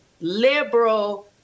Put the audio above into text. liberal